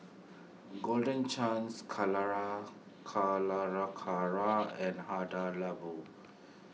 Golden Chance Calera and Hada Labo